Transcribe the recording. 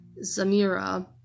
Zamira